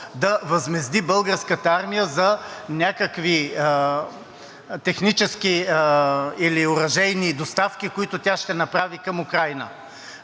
да възмезди Българската армия за някакви технически или оръжейни доставки, които тя ще направи към Украйна.